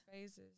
phases